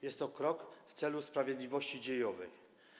Jest to krok w celu sprawiedliwości dziejowej.